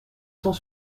cent